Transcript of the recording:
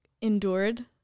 endured